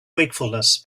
wakefulness